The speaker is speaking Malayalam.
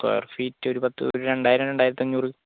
സ്ക്വർ ഫീറ്റ് ഒരു പത്ത് ഒരു രണ്ടായിരം രണ്ടായിരത്തി അഞ്ഞൂറ്